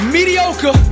Mediocre